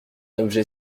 objet